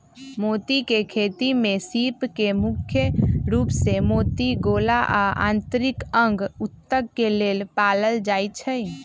मोती के खेती में सीप के मुख्य रूप से मोती गोला आ आन्तरिक अंग उत्तक के लेल पालल जाई छई